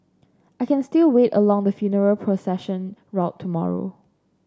I can still wait along the funeral procession route tomorrow